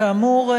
כאמור,